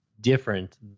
different